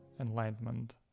enlightenment